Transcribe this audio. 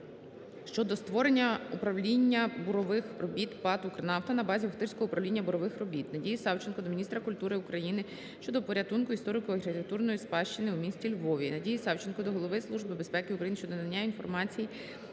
щодо створення управління бурових робіт ПАТ "Укрнафта" на базі Охтирського управління бурових робіт. Надії Савченко до міністра культури України щодо порятунку історико-архітектурної спадщини у місті Львові. Надії Савченко до голови Служби безпеки України щодо надання інформації